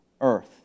earth